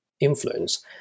influence